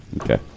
Okay